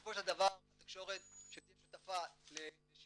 שבסופו של דבר התקשורת תהיה שותפה לשינוי